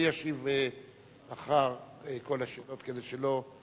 אדוני ישיב לאחר כל השאלות, כדי שלא,